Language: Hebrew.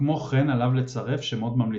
כמו כן עליו לצרף שמות ממליצים.